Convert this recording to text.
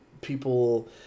people